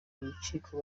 rukiko